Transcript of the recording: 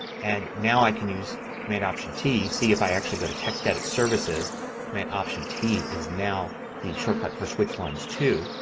and now i can use command option t. see if i actually go to textedit services and command option t is now the shortcut for switch lines two.